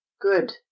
good